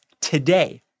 today